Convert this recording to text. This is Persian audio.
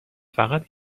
فقط